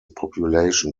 population